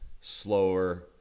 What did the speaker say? slower